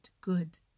good